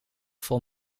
vol